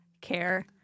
care